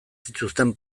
zituzten